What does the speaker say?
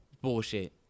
Bullshit